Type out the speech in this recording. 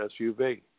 SUV